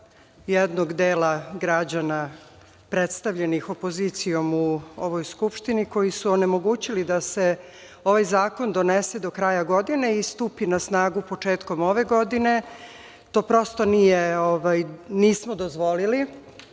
jednog dela građana, predstavljeni opozicijom u ovoj Skupštini, koji su onemogućili da se ovaj zakon donese do kraja godine i stupi na snagu početkom ove godine, i to prosto nismo dozvolili